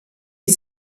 wie